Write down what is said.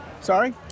Sorry